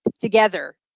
together